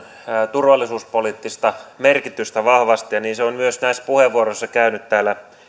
turvallisuuspoliittista merkitystä vahvasti ja se on myös näissä puheenvuoroissa käynyt täällä